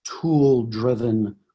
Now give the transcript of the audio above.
tool-driven